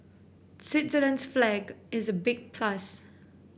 Switzerland's flag is a big plus